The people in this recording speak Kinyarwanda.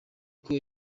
uko